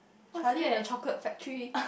Charlie-and-the-chocolate-factory